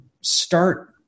start